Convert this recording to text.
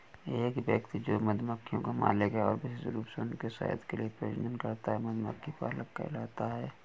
एक व्यक्ति जो मधुमक्खियों का मालिक है और विशेष रूप से उनके शहद के लिए प्रजनन करता है, मधुमक्खी पालक कहलाता है